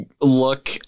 look